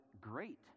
great